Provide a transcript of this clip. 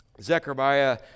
Zechariah